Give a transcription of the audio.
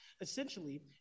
Essentially